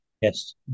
Yes